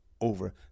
over